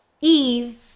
eve